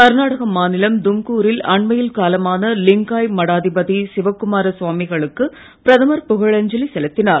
கர்நாடக மாநிலம் தும்கூ ரில் அண்மையில் காலமான லிங்காயத் மடாதிபதி சிவக்குமார சுவாமிகளுக்கு பிரதமர் புகழ் அஞ்சலி செலுத்தினார்